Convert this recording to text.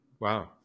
Wow